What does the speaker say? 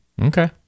Okay